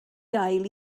gael